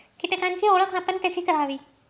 कीटकांची ओळख आपण कशी करावी?